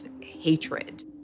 hatred